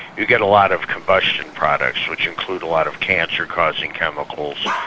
you get a lot of combustion products, which include a lot of cancer-causing chemicals,